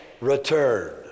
return